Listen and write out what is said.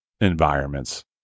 environments